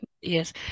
Yes